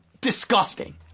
Disgusting